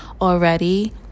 already